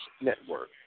Network